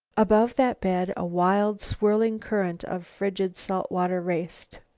above that bed a wild, swirling current of frigid salt water raced.